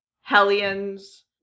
Hellions